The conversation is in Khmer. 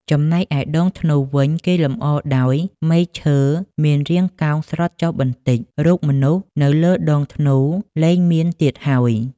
ចំណែកឯដងធ្នូវិញ គេលម្អដោយ មែកឈើមានរាងកោងស្រុតចុះបន្តិច រូបមនុស្សនៅលើដងធ្នូលែងមាន ទៀតហើយ ។